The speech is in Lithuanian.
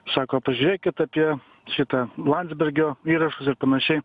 sako pažiūrėkit apie šitą landsbergio įrašus ir panašiai